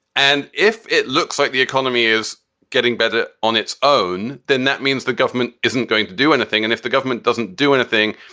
and if it looks like the economy is getting better on its own, then that means the government isn't going to do anything. and if the government doesn't do anything,